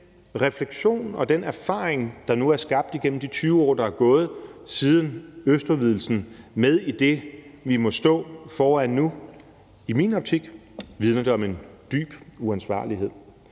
den refleksion og den erfaring, der nu er skabt igennem de 20 år, der er gået siden østudvidelsen, med i det, vi må stå foran nu, vidner det i min optik om en dyb uansvarlighed.